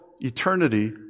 eternity